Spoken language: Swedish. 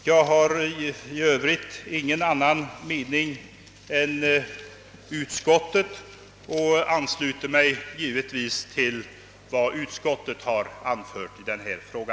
Jag har i övrigt ingen annan mening än utskottets och ansluter mig givetvis till vad utskottet har anfört i denna fråga.